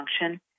function